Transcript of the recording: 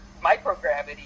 microgravity